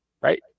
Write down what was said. right